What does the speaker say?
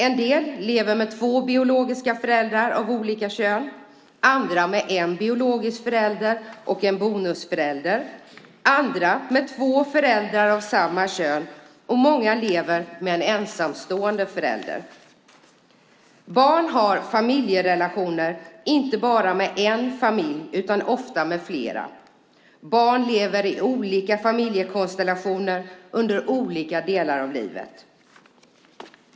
En del lever med två biologiska föräldrar av olika kön, och andra lever med en biologisk förälder och en bonusförälder. Ytterligare andra lever med två föräldrar av samma kön, och många lever med en ensamstående förälder. Barn har familjerelationer inte bara med en familj utan ofta med flera. Barn lever i olika familjekonstellationer under olika delar av livet.